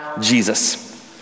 Jesus